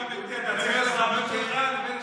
יש הבדל בין איך שאתה מדבר לחבר שלך לבין איך שאתה,